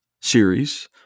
series